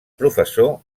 professor